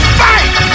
fight